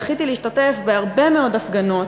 זכיתי להשתתף בהרבה מאוד הפגנות,